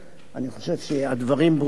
אני חושב שהדברים ברורים.